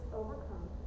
overcome